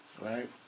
Right